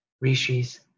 rishis